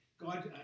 God